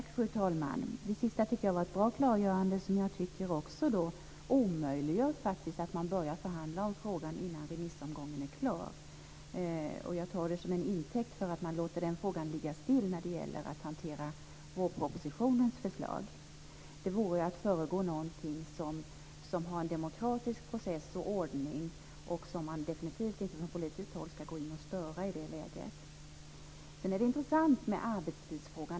Fru talman! Det sista var ett bra klargörande, som jag tycker faktiskt också omöjliggör att man förhandlar om frågan innan remissomgången är klar. Jag tar det som intäkt för att man låter den frågan ligga still när det gäller att hantera vårpropositionens förslag. Det vore att föregå någonting som har en demokratisk process och ordning och som man definitivt inte från politiskt håll ska störa i det läget. Det är intressant med arbetstidsfrågan.